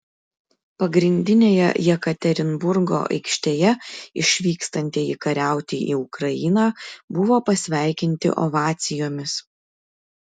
pagrindinėje jekaterinburgo aikštėje išvykstantieji kariauti į ukrainą buvo pasveikinti ovacijomis